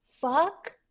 fuck